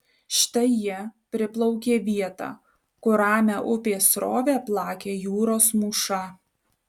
štai jie priplaukė vietą kur ramią upės srovę plakė jūros mūša